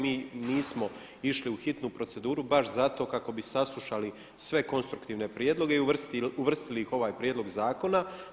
Mi nismo išli u hitnu proceduru baš zato kako bi saslušali sve konstruktivne prijedloge i uvrstili ih u ovaj prijedlog zakona.